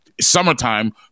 summertime